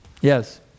yes